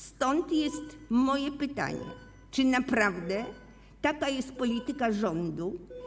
Stąd jest moje pytanie: Czy naprawdę taka jest polityka rządu?